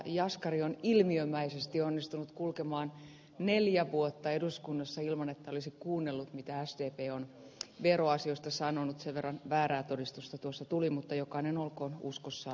jaskari on ilmiömäisesti onnistunut kulkemaan neljä vuotta eduskunnassa ilman että olisi kuunnellut mitä sdp on veroasioista sanonut sen verran väärää todistusta tuossa tuli mutta jokainen olkoon uskossaan vahva